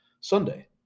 Sunday